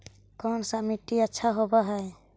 कोन सा मिट्टी अच्छा होबहय?